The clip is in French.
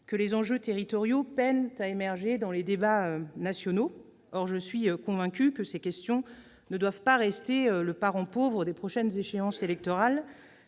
que les enjeux territoriaux peinent à émerger dans les débats nationaux. Or je suis convaincue que ces questions ne doivent pas rester le parent pauvre des prochaines échéances électorales,